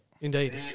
Indeed